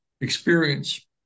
experience